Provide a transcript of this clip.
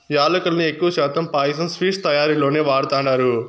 యాలుకలను ఎక్కువ శాతం పాయసం, స్వీట్స్ తయారీలోనే వాడతండారు